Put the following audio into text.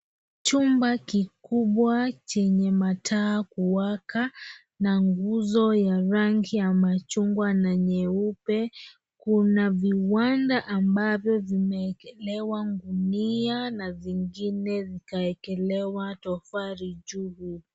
Chumba kikubwa chenye mataa kuwaka na nguzo ya rangi ya machungwa na nyeupe kuna viwanda ambavyo vimeekelewa ngunia na zingine zikaekelewa tofari juu.